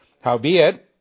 Howbeit